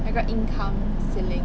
那个 income ceiling